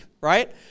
right